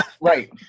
right